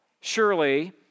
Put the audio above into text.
surely